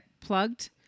plugged